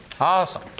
Awesome